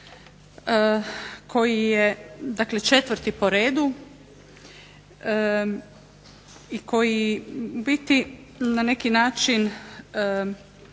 koji je dakle četvrti po redu i koji u biti na neki način